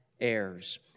heirs